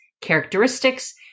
characteristics